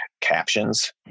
captions